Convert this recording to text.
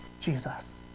Jesus